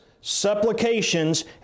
supplications